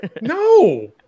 No